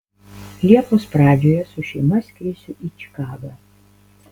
liepos pradžioje su šeima skrisiu į čikagą